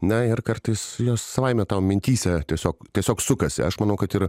na ir kartais jos savaimė tau mintyse tiesiog tiesiog sukasi aš manau kad ir